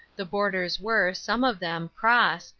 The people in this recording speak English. the boarders were, some of them, cross,